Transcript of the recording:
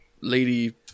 lady